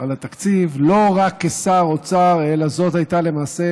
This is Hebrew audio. על התקציב לא רק כשר אוצר אלא זאת הייתה למעשה